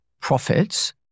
profits